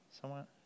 Somewhat